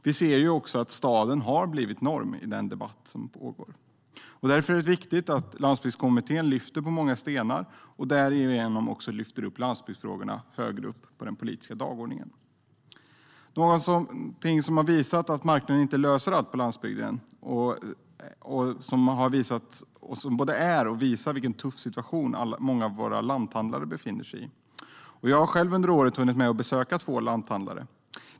Vi ser också att staden har blivit norm i debatten. Därför är det viktigt att landsbygdskommittén lyfter på många stenar och därigenom lyfter landsbygdsfrågorna högre upp på den politiska dagordningen. Något som har visat att marknaden inte löser allt på landsbygden har varit och är den tuffa situation som många lanthandlare befinner sig i. Jag har själv under året hunnit med att besöka två lanthandlar.